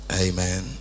Amen